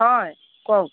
হয় কওক